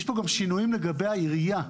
יש כאן גם שינויים לגבי העירייה.